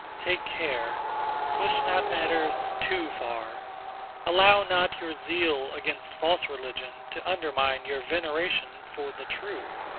take care push not matters too far allow not your zeal against false religion to undermine your veneration for the true.